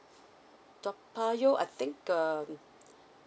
toa payoh I think um